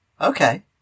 Okay